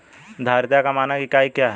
धारिता का मानक इकाई क्या है?